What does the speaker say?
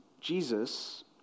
Jesus